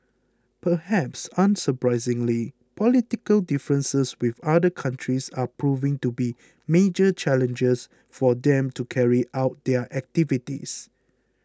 perhaps unsurprisingly political differences with other countries are proving to be major challenges for them to carry out their activities